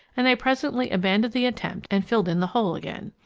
and they presently abandoned the attempt and filled in the hole again.